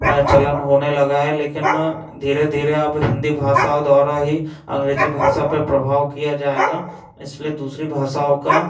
चलन होने लगा है लेकिन धीरे धीरे अब हिंदी भाषओं द्वारा ही अंग्रेजी भाषा पर प्रभाव किया जाएगा इसलिए दूसरी भाषाओं का